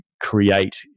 create